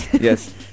Yes